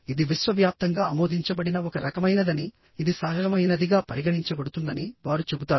ఇది విశ్వవ్యాప్తంగా ఆమోదించబడిన ఒక రకమైనదని ఇది సహజమైనదిగా పరిగణించబడుతుందని వారు చెబుతారు